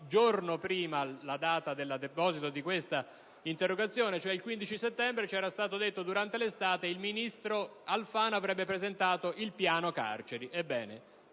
giorno prima la data del deposito di questa interrogazione, cioè il 15 settembre, ci era stato comunicato che durante l'estate il ministro Alfano avrebbe presentato il piano carceri.